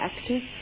active